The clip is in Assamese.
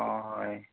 অঁ হয়